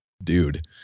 dude